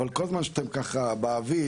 אבל כל זמן שאתם ככה באוויר,